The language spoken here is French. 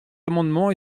amendement